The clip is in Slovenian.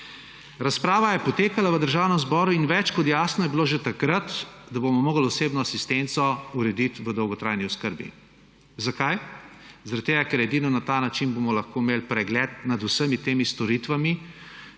Razprava je potekala v Državnem zboru in več kot jasno je bilo že takrat, da bomo morali osebno asistenco urediti v dolgotrajni oskrbi. Zakaj? Ker edino na ta način bomo lahko imeli pregled nad vsemi temi storitvami